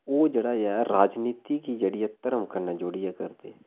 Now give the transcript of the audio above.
ओह् जेह्ड़ा ऐ राजनीति गी जेह्ड़ी ऐ धर्म कन्नै जोड़ियै करदे